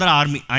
army